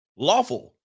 Lawful